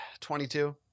22